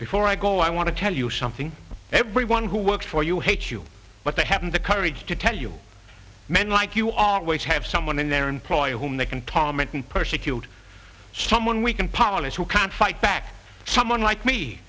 before i go i want to tell you something everyone who works for you hates you but they haven't the courage to tell you men like you always have someone in their employ whom they can tom and persecute someone we can polish who can't fight back someone like me